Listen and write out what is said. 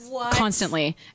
Constantly